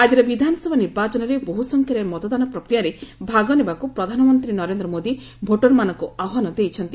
ଆଜିର ବିଧାନସଭା ନିର୍ବାଚନରେ ବହୁ ସଂଖ୍ୟାରେ ମତଦାନ ପ୍ରକ୍ରିୟାରେ ଭାଗନେବାକୁ ପ୍ରଧାନମନ୍ତ୍ରୀ ନରେନ୍ଦ୍ର ମୋଦି ଭୋଟରମାନଙ୍କୁ ଆହ୍ୱାନ ଦେଇଛନ୍ତି